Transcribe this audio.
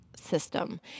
system